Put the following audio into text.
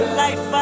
life